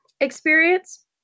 experience